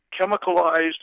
chemicalized